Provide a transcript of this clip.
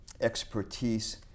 expertise